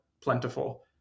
plentiful